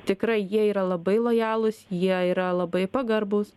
tikrai jie yra labai lojalūs jie yra labai pagarbūs